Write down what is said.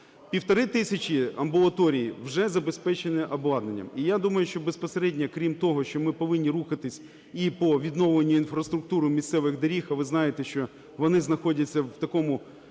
Півтори тисячі амбулаторій вже забезпечені обладнанням. І я думаю, що безпосередньо, крім того, що ми повинні рухатись і по відновленню інфраструктури місцевих доріг, а ви знаєте, що вони знаходяться в такому дуже